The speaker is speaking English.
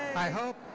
i hope.